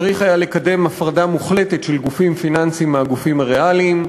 צריך היה לקדם הפרדה מוחלטת של גופים פיננסיים מהגופים הריאליים,